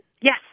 Yes